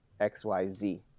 XYZ